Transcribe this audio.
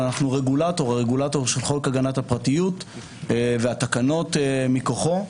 אנחנו רגולטור של חוק הגנת הפרטיות והתקנות מכוחו.